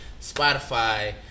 Spotify